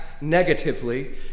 negatively